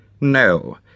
No